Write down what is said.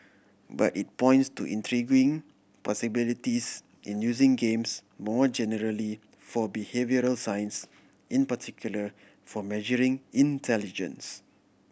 but it points to intriguing possibilities in using games more generally for behavioural science in particular for measuring intelligence